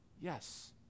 Yes